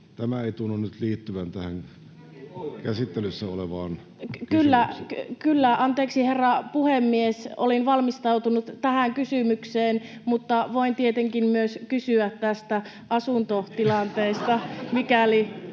vahvistaa, sekä heidän jaksamistaan ja... Kyllä, kyllä, anteeksi, herra puhemies, olin valmistautunut tähän kysymykseen, mutta voin tietenkin myös kysyä tästä asuntotilanteesta, mikäli...